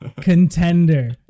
contender